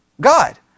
God